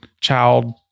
child